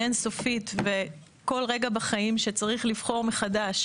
אין סופית וכל רגע בחיים שצריך לבחור מחדש